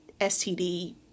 STD